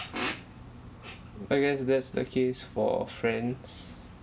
I guess that's the case for friends